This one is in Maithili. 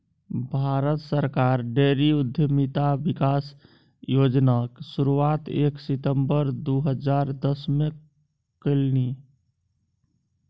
भारत सरकार डेयरी उद्यमिता विकास योजनाक शुरुआत एक सितंबर दू हजार दसमे केलनि